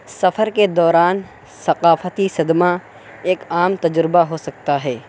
سفر کے دوران ثقافتی صدمہ ایک عام تجربہ ہو سکتا ہے